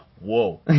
whoa